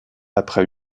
après